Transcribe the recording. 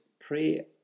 pray